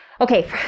okay